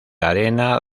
arena